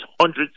hundreds